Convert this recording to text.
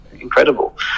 Incredible